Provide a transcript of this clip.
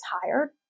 tired